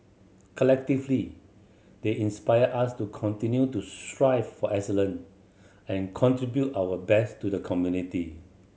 collectively they inspire us to continue to strive for excellence and contribute our best to the community